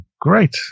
great